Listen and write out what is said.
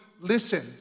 listen